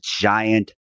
giant